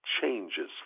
changes